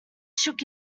shook